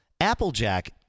Applejack